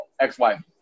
ex-wife